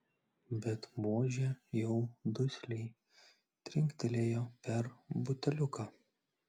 bet buožė jau dusliai trinktelėjo per buteliuką